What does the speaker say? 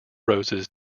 roses